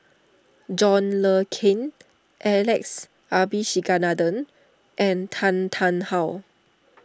John Le Cain Alex Abisheganaden and Tan Tarn How